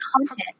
content